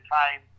time